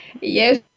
Yes